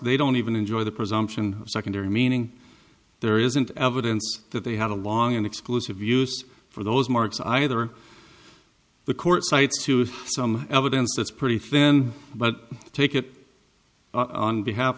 they don't even enjoy the presumption secondary meaning there isn't evidence that they had a long and exclusive use for those marks either the court cites to some evidence that's pretty thin but take it on behalf